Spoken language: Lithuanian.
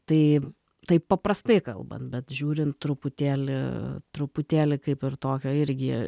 tai taip paprastai kalbant bet žiūrint truputėlį truputėlį kaip ir tokio irgi